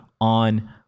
on